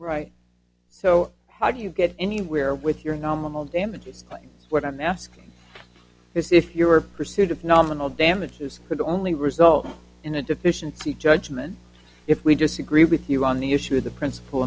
right so how do you get anywhere with your nominal damages claim what i'm asking this if your pursuit of nominal damages could only result in a deficiency judgment if we disagree with you on the issue of the principle